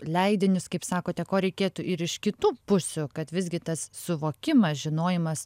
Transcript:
leidinius kaip sakote ko reikėtų ir iš kitų pusių kad visgi tas suvokimas žinojimas